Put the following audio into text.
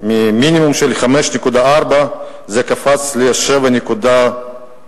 ממינימום של 5.4 זה קפץ ל-7.4.